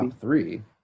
three